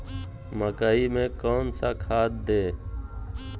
मकई में कौन सा खाद दे?